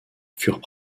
furent